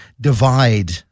divide